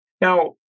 Now